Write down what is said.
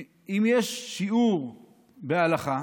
אם יש שיעור בהלכה